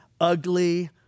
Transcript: ugly